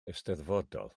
eisteddfodol